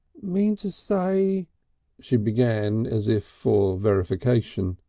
mean to say she began as if for verification.